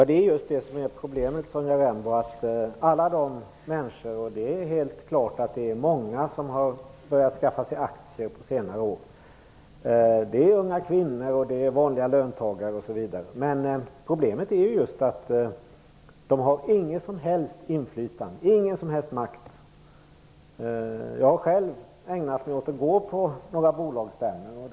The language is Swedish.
Herr talman! Många människor har börjat skaffa sig aktier under senare år. Det är unga kvinnor och vanliga löntagare. Men problemet är att de inte har något som helst inflytande. Jag har själv varit på några bolagsstämmor.